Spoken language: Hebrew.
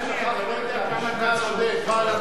אתה לא יודע כמה אתה צודק,